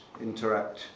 interact